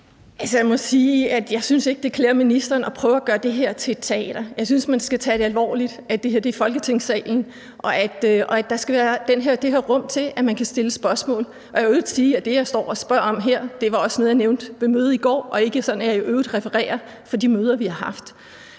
må sige, at jeg ikke synes, det klæder ministeren at prøve at gøre det her til et teater. Jeg synes, man skal tage det alvorligt. Det her er Folketingssalen, og der skal være det her rum til, at man kan stille spørgsmål. Jeg vil i øvrigt sige, at det, jeg står og spørger om her, var også noget, jeg nævnte ved mødet i går. Jeg vil i øvrigt ikke referere fra de møder, vi har haft.